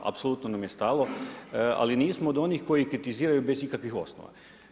Apsolutno nam je stalo ali nismo od onih koji kritiziraju bez ikakvih osnova.